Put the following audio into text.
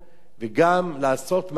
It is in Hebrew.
וגם לעשות מעשה,